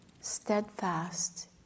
steadfast